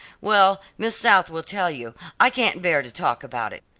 well, miss south will tell you. i can't bear to talk about it.